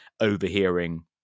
overhearing